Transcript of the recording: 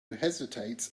hesitates